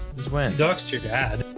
was wearing dark ster dad